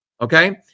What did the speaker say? Okay